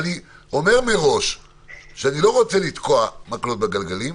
אני אומר מראש שאני לא רוצה לתקוע מקלות בגלגלים,